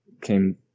came